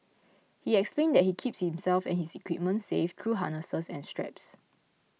he explains that he keeps himself and his equipment safe through harnesses and straps